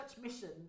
mission